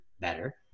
better